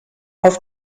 auf